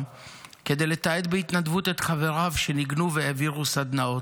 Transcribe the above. כדי לתעד בהתנדבות את חבריו שניגנו והעבירו סדנאות,